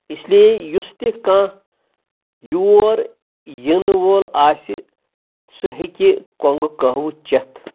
اِس لیے یُس تہِ کانٛہہ یور یِنہٕ وول آسہِ سُہ ہیٚکہِ کۄنٛگہٕ کٔہوٕ چٮ۪تھ